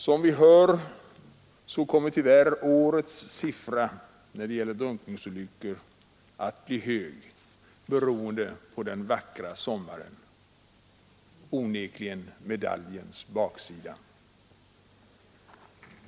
Som vi hörde av herr Hjorth kommer årets siffra för antalet drunkningsolyckor tyvärr att bli hög, främst beroende på den vackra sommaren; onekligen medaljens baksida.